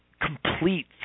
complete